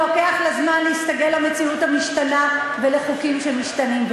לוקח לה זמן להסתגל למציאות המשתנה ולחוקים שמשתנים.